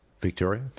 victoria